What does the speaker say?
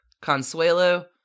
Consuelo